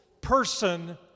person